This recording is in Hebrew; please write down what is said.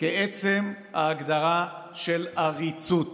כעצם ההגדרה של עריצות".